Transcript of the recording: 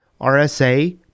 RSA